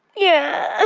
yeah